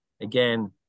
again